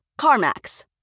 CarMax